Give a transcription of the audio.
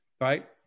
right